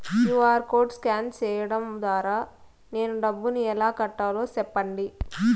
QR code scan సేయడం ద్వారా నేను డబ్బును ఎలా కట్టాలో సెప్పండి?